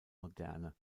moderne